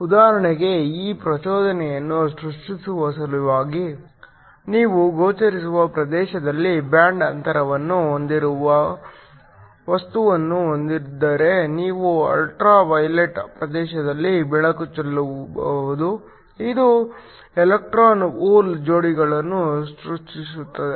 ಉದಾಹರಣೆಗೆ ಈ ಪ್ರಚೋದನೆಯನ್ನು ಸೃಷ್ಟಿಸುವ ಸಲುವಾಗಿ ನೀವು ಗೋಚರಿಸುವ ಪ್ರದೇಶದಲ್ಲಿ ಬ್ಯಾಂಡ್ ಅಂತರವನ್ನು ಹೊಂದಿರುವ ವಸ್ತುವನ್ನು ಹೊಂದಿದ್ದರೆ ನೀವು ಅಲ್ಟ್ರಾ ವೈಲೆಟ್ ಪ್ರದೇಶದಲ್ಲಿ ಬೆಳಕು ಚೆಲ್ಲಬಹುದು ಇದು ಎಲೆಕ್ಟ್ರಾನ್ ಹೋಲ್ ಜೋಡಿಗಳನ್ನು ಸೃಷ್ಟಿಸುತ್ತದೆ